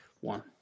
One